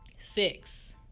Six